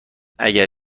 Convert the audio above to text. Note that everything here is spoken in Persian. اگر